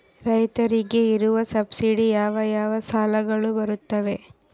ರೈತರಿಗೆ ಇರುವ ಸಬ್ಸಿಡಿ ಯಾವ ಯಾವ ಸಾಲಗಳು ಬರುತ್ತವೆ?